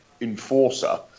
enforcer